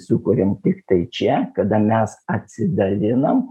sukuriam tiktai čia kada mes atsidalinam